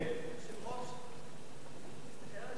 אדוני היושב-ראש,